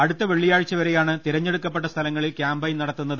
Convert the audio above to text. അടുത്ത വെള്ളിയാഴ്ചവരെയാണ് തിരഞ്ഞെ ടുക്കപ്പെട്ട സ്ഥലങ്ങളിൽ ക്യാമ്പയിൻ നടത്തുന്നത്